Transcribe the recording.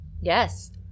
Yes